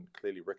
clearly